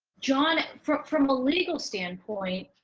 john, from from a legal standpoint,